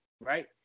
right